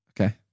Okay